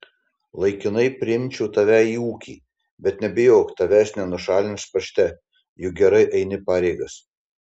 laikinai priimčiau tave į ūkį bet nebijok tavęs nenušalins pašte juk gerai eini pareigas